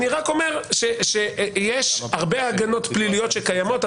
אני רק אומר שיש הרבה הגנות פליליות שקיימות.